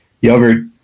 Yogurt